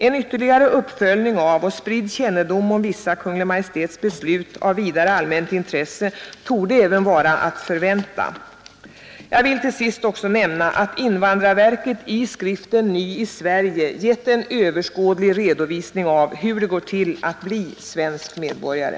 En ytterligare uppföljning av och spridd kännedom om vissa av Kungl. Maj:ts beslut av vidare allmänt intresse torde även vara att förvänta. Jag vill till sist också nämna att invandrarverket i skriften Ny i Sverige givit en överskådlig redovisning av hur det går till att bli svensk medborgare.